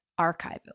archival